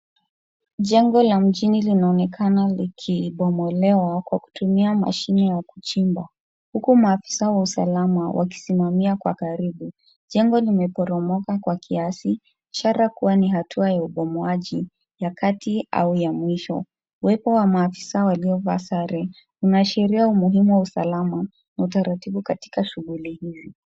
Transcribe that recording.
Jengo la mjini, linaonekana likibomolewa kwa kutumia mashine ya kuchimba, huku maafisa wa usalama wakisimamia kwa ukaribu. Jengo limeporomoka kwa kiasi, ishara kuwa ni hatua ya ubomoji, ya kati au ya mwisho. Uwepo wa maafisa waliovaa sare, unaashiria umuhimu wa usalama na utaratibu katika shughuli hizi.